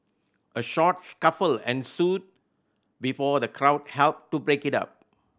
a short scuffle ensued before the crowd helped to break it up